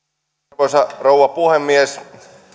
arvoisa rouva puhemies